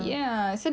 ya